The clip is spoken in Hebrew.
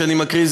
שאני מקריא,